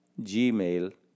gmail